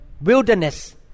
wilderness